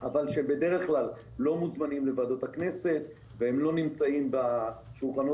שהם בדרך כלל לא מוזמנים לוועדות הכנסת והם לא נמצאים בשולחנות